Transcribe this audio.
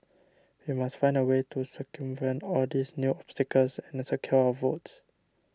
we must find a way to circumvent all these new obstacles and secure our votes